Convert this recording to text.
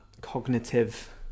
cognitive